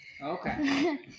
Okay